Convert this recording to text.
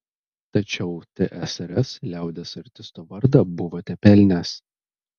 tačiau tsrs liaudies artisto vardą buvote pelnęs